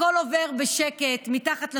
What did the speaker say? הכול עובר בשקט, מתחת לשולחן,